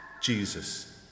Jesus